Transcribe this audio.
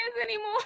anymore